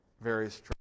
various